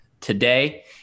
Today